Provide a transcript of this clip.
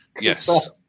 Yes